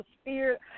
spirit